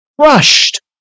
crushed